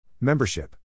Membership